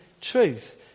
truth